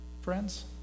friends